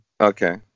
Okay